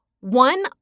One